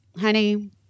Honey